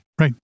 Right